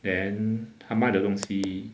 then 他卖的东西